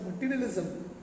materialism